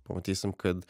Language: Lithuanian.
pamatysim kad